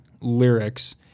lyrics